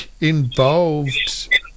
involved